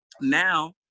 Now